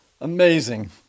amazing